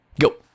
Go